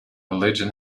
religion